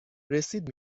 رسید